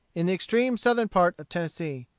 in the extreme southern part of tennessee.